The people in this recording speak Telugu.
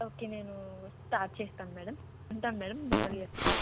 ఓకే నేను స్టార్ట్ చేస్తాను మేడం ఉంటాను మేడమ్ నేను మళ్ళీ